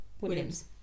Williams